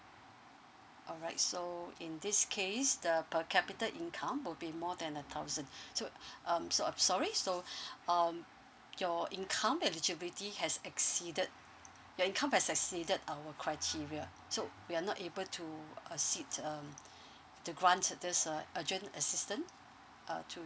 alright so in this case the per capita income will be more than a thousand so um so sorry so um your income eligibility has exceeded your income has exceeded our criteria so we are not able to um to grant this uh urgent assistant uh to